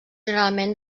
generalment